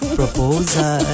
proposal